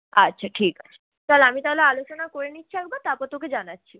আচ্ছা ঠিক আছে চল আমি তাহলে আলোচনা করে নিচ্ছি একবার তারপর তোকে জানাচ্ছি